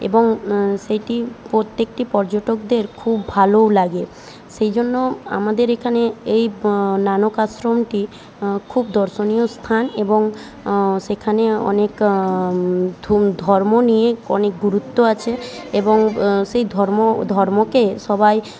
এবং সেটি প্রত্যেকটি পর্যটকদের খুব ভালোও লাগে সেই জন্য আমাদের এখানে এই নানক আশ্রমটি খুব দর্শনীয় স্থান এবং সেখানে অনেক ধর্ম নিয়ে অনেক গুরুত্ব আছে এবং সেই ধর্ম ধর্মকে সবাই